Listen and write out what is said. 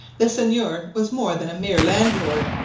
the seigneur was more than a mere landlord,